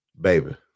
Baby